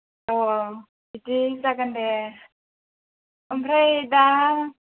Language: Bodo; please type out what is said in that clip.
अ बिदि जागोन दे ओमफ्राय दा